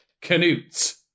Canute